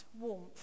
warmth